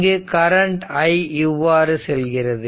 இங்கு current i இவ்வாறு செல்கிறது